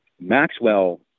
Maxwell